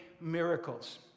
miracles